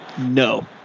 No